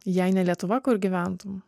jei ne lietuva kur gyventum